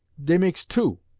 dey makes two.